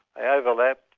they overlapped,